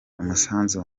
umusanzu